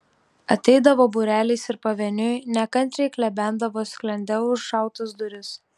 ateidavo būreliais ir pavieniui nekantriai klebendavo sklende užšautas duris